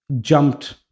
jumped